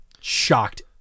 shocked